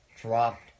dropped